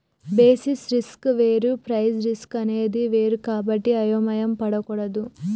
basis risk వేరు price risk అనేది వేరు కాబట్టి అయోమయం పడకూడదు